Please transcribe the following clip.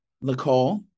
Nicole